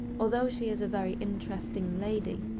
although she is a very interesting lady,